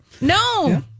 No